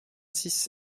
six